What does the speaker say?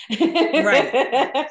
Right